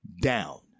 down